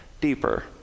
deeper